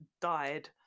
died